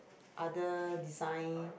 other design